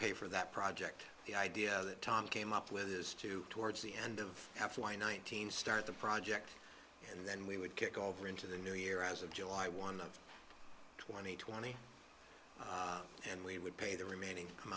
pay for that project the idea that tom came up with this to towards the end of that's why nineteen start the project and then we would kick over into the new year as of july one of twenty twenty and we would pay the remaining come